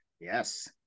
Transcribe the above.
yes